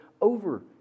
over